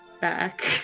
back